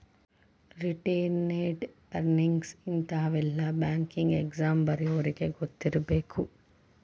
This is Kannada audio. ರಿಟೇನೆಡ್ ಅರ್ನಿಂಗ್ಸ್ ಇಂತಾವೆಲ್ಲ ಬ್ಯಾಂಕಿಂಗ್ ಎಕ್ಸಾಮ್ ಬರ್ಯೋರಿಗಿ ಗೊತ್ತಿರ್ಬೇಕು